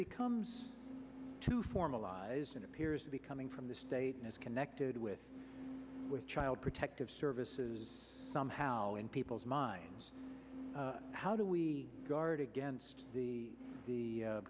becomes to formalize and appears to be coming from the state and is connected with with child protective services somehow in people's minds how do we guard against the the